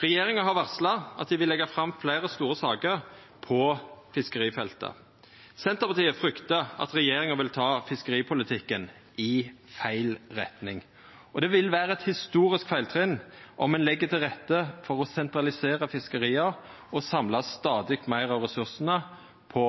Regjeringa har varsla at ho vil leggja fram fleire store saker på fiskerifeltet. Senterpartiet fryktar at regjeringa vil ta fiskeripolitikken i feil retning. Det vil vera eit historisk feiltrinn om ein legg til rette for å sentralisera fiskeria og samla stadig meir av ressursane på